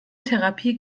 therapie